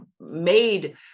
made